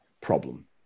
problem